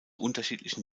unterschiedlichen